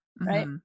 right